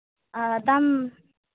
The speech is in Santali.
ᱟᱨ ᱫᱟᱢ